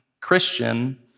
Christian